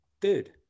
dude